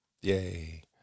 yay